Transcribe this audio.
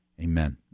amen